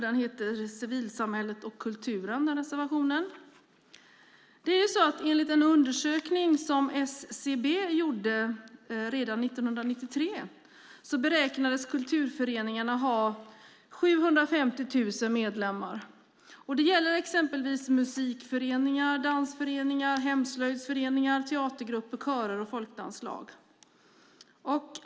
Den reservationen har rubriken Civilsamhället och kulturen. Enligt en undersökning som SCB gjorde redan 1993 beräknades kulturföreningarna ha 750 000 medlemmar. Det gäller exempelvis musikföreningar, dansföreningar, hemslöjdsföreningar, teatergrupper, körer och folkdanslag.